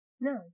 No